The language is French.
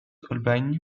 holbein